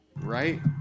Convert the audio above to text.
Right